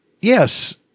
yes